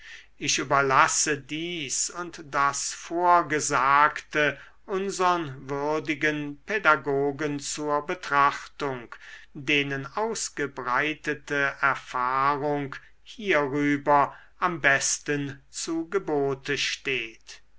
ich überlasse dies und das vorgesagte unsern würdigen pädagogen zur betrachtung denen ausgebreitete erfahrung hierüber am besten zu gebote steht